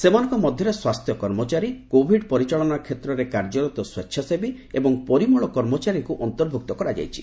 ସେମାନଙ୍କ ମଧ୍ୟରେ ସ୍ୱାସ୍ଥ୍ୟ କର୍ମଚାରୀ କୋଭିଡ ପରିଚାଳନା କ୍ଷେତ୍ରରେ କାର୍ଯ୍ୟରତ ସ୍ପେଚ୍ଛାସେବୀ ଏବଂ ପରିମଳ କର୍ମଚାରୀଙ୍କୁ ଅନ୍ତର୍ଭୁକ୍ତ କରାଯାଇଛି